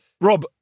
Rob